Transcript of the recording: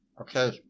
okay